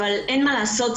אבל אין מה לעשות,